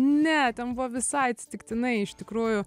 ne ten buvo visai atsitiktinai iš tikrųjų